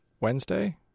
Wednesday